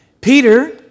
Peter